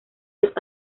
los